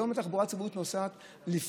היום, לפני הסגר, התחבורה הציבורית נוסעת ב-60%.